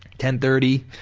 ten thirty,